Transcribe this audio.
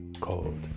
cold